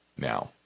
Now